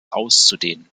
auszudehnen